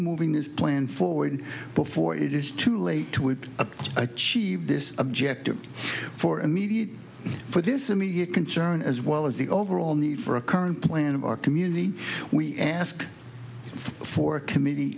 moving this plan forward before it is too late to it achieve this objective for immediate for this immediate concern as well as the overall need for a current plan of our community we ask for committee